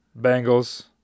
Bengals